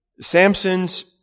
Samson's